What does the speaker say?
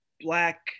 black